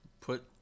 put